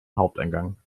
haupteingang